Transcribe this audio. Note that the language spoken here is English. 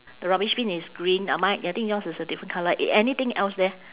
the rubbish bin is green uh mine I think yours is a different colour a~ anything else there